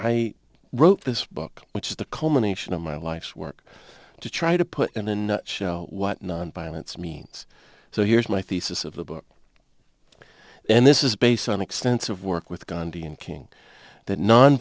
i wrote this book which is the culmination of my life's work to try to put in a nutshell what nonviolence means so here's my thesis of the book and this is based on extensive work with gandhi and king that non